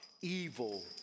evil